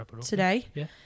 today